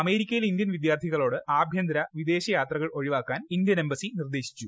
അമേരിക്കയിലെ ഇന്ത്യൻ വിദ്യാർത്ഥികളോട് ആഭ്യന്തര വിദേശയാത്രകൾ ഒഴിവാക്കാൻ ഇന്ത്യൻ എംബസി നിർദ്ദേശിച്ചു